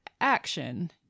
action